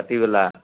ভাটিবেলা